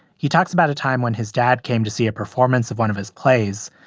he talks about a time when his dad came to see a performance of one of his plays.